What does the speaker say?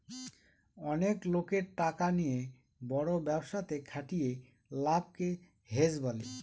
অনেক লোকের টাকা নিয়ে বড় ব্যবসাতে খাটিয়ে লাভকে হেজ বলে